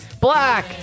black